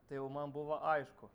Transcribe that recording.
tai jau man buvo aišku